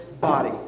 body